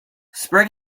spring